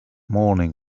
morning